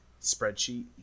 spreadsheet